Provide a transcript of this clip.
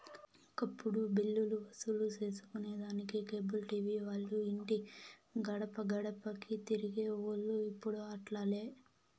ఒకప్పుడు బిల్లులు వసూలు సేసుకొనేదానికి కేబుల్ టీవీ వాల్లు ఇంటి గడపగడపకీ తిరిగేవోల్లు, ఇప్పుడు అట్లాలే